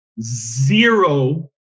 zero